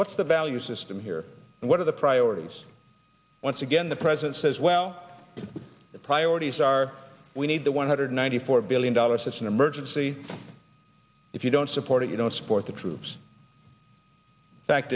what's the value system here and what are the priorities once again the president says well the priorities are we need the one hundred ninety four billion dollars it's an emergency if you don't support it you don't support the troops fac